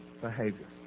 behavior